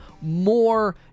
more